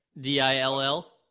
D-I-L-L